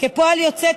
כפועל יוצא,